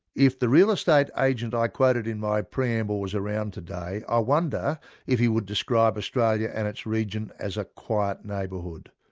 if the real estate agent i quoted in my preamble was around today, i wonder if he would describe australia and its region as a quiet neighbourhood.